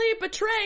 betray